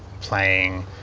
playing